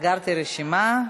סגרתי את הרשימה.